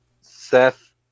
Seth